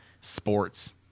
sports